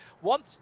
One